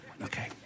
Okay